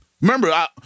remember